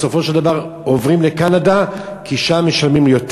בסופו של דבר עוברים לקנדה כי שם משלמים יותר.